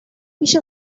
پیش